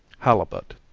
halibut.